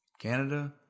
Canada